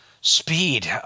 Speed